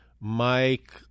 Mike